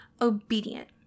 obedient